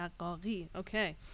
Okay